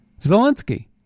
Zelensky